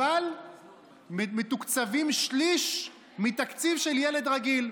אבל מתוקצבים שליש מתקציב של ילד רגיל.